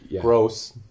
gross